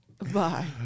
Bye